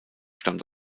stammt